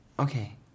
Okay